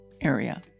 area